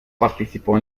participó